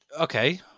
Okay